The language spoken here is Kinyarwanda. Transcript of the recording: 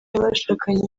y’abashakanye